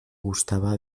gustaba